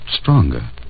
stronger